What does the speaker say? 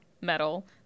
metal